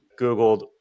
Googled